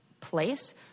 place